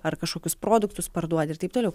ar kažkokius produktus parduodi ir taip toliau